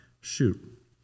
Shoot